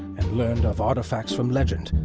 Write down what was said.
and learned of artifacts from legend.